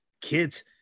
kids